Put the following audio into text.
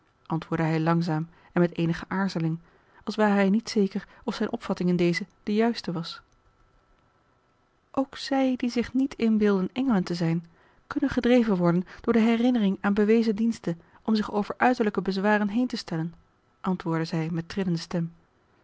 antwoordde hij langzaam en met eenige aarzeling als ware hij niet zeker of zijne opvatting in dezen de juiste was ook zij die zich niet inbeelden engelen te zijn kunnen gedreven worden door de herinneringen aan bewezen diensten om zich over uiterlijke bezwaren heen te stellen antwoordde zij met trillenden stem